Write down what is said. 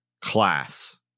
class